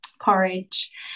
porridge